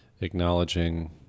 acknowledging